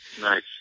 nice